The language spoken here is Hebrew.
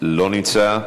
לא נמצא,